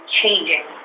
changing